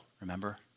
remember